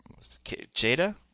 Jada